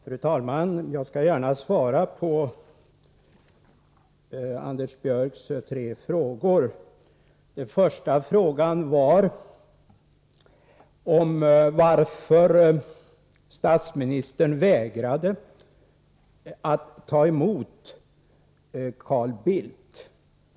Fru talman! Jag skall gärna svara på Anders Björcks tre frågor. Den första gällde varför statsministern vägrade att ta emot Carl Bildt.